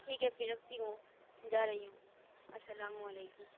ٹھیک ہے پھر رکھتی ہوں جا رہی ہوں السّلام علیکم